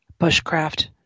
bushcraft